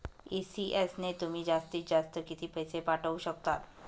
ECS ने तुम्ही जास्तीत जास्त किती पैसे पाठवू शकतात?